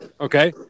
Okay